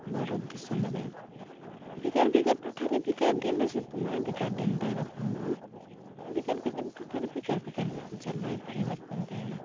ᱵᱷᱟᱨᱚᱛ ᱫᱤᱥᱚᱢ ᱨᱮ ᱵᱷᱮᱜᱟᱨ ᱵᱷᱮᱜᱟᱨ ᱴᱚᱴᱷᱟᱨᱮ ᱵᱷᱮᱜᱟᱨ ᱫᱤᱱᱨᱮ ᱥᱤᱛᱩᱝᱟᱭ ᱵᱷᱮᱜᱟᱨ ᱫᱤᱱᱨᱮ ᱵᱟᱹᱱᱩᱜᱼᱟ ᱵᱷᱮᱜᱟᱨ ᱵᱷᱮᱜᱟᱨ ᱴᱚᱴᱷᱟᱨᱮ ᱵᱷᱮᱜᱟᱨ ᱵᱷᱮᱜᱟᱨ ᱡᱚᱞᱵᱟᱭᱩ ᱯᱚᱨᱤᱵᱚᱨᱛᱚᱱ ᱛᱟᱦᱮᱱᱟ